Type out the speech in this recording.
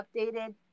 updated